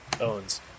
owns